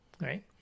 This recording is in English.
right